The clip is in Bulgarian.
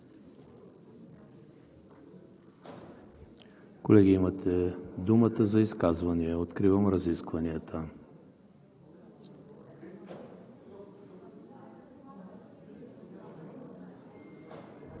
Колеги, имате думата за изказвания. Откривам разискванията.